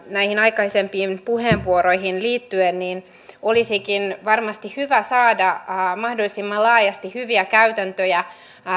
näihin aikaisempiin puheenvuoroihin liittyen olisikin varmasti hyvä saada mahdollisimman laajasti hyviä käytäntöjä